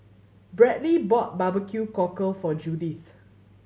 Bradly bought barbecue cockle for Judith